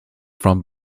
from